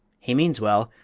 he means well,